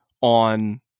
on